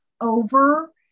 over